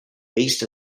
based